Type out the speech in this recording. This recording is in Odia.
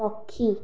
ପକ୍ଷୀ